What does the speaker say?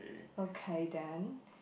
okay then